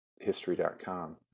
History.com